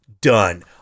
done